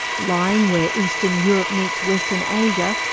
lying where eastern europe meets western asia,